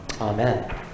Amen